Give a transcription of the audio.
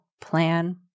plan